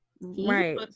Right